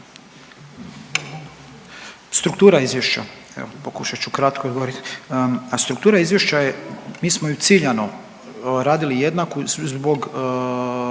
Struktura izvješća, evo pokušat ću kratko odgovorit, struktura izvješća mi smo ju ciljano radili jednako zbog